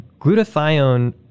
glutathione